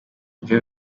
iyo